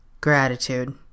Gratitude